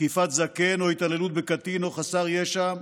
תקיפת זקן או התעללות בקטין או חסר ישע,